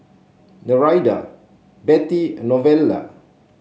Nereida Bettie and Novella